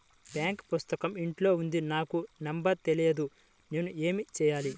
Bank పుస్తకం ఇంట్లో ఉంది నాకు నంబర్ తెలియదు నేను ఏమి చెయ్యాలి?